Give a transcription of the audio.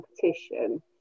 competition